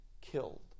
killed